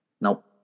Nope